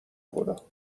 خدا